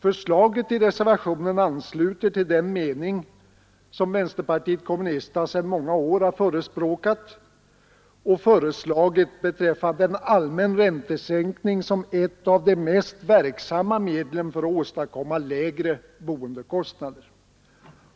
Förslaget i reservationen ansluter till den mening vpk sedan många år förespråkat och föreslagit beträffande en allmän räntesänkning som ett av de mest verksamma medlen för att åstadkomma lägre boendekostnader.